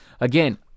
Again